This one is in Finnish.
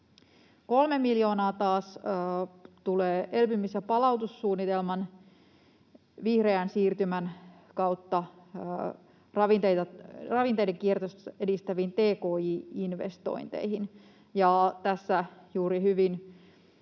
3 miljoonaa taas tulee elpymis‑ ja palautumissuunnitelman vihreän siirtymän kautta ravinteiden kierrätystä edistäviin tki-investointeihin,